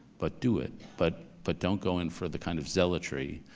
but do it, but but don't go in for the kind of zealotry.